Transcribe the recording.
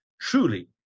truly